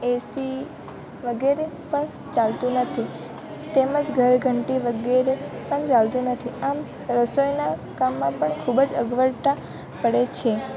એસી વગેરે પણ ચાલતું નથી તેમજ ઘરઘંટી વગેરે પણ ચાલતું નથી આમ રસોઈના કામમાં પણ ખૂબ જ અગવડતા પડે છે